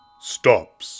stops